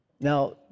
Now